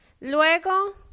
Luego